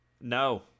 No